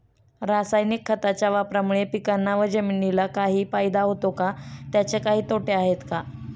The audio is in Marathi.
रासायनिक खताच्या वापरामुळे पिकांना व जमिनीला काही फायदा होतो का? त्याचे काही तोटे आहेत का?